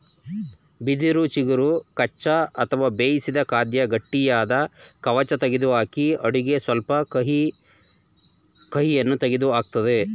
ಬಿದಿರು ಚಿಗುರು ಕಚ್ಚಾ ಅಥವಾ ಬೇಯಿಸಿದ ಖಾದ್ಯ ಗಟ್ಟಿಯಾದ ಕವಚ ತೆಗೆದುಹಾಕಿ ಅಡುಗೆ ಸ್ವಲ್ಪ ಕಹಿಯನ್ನು ತೆಗೆದುಹಾಕ್ತದೆ